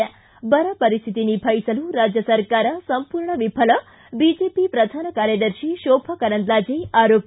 ಿಸಿಬರ ವರಿಸ್ಥಿತಿ ನಿಭಾಯಿಸಲು ರಾಜ್ಯ ಸರ್ಕಾರ ಸಂಪೂರ್ಣ ವಿಫಲ ಬಿಜೆಪಿ ಪ್ರಧಾನ ಕಾರ್ಯದರ್ಶಿ ಶೋಭಾ ಕರಂದ್ಲಾಜೆ ಆರೋಪ